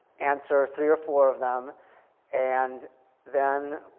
answer three or four of them and then,